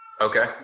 Okay